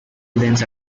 events